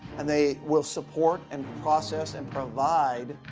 and they will support and process and provide